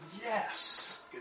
yes